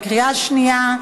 בקריאה שנייה.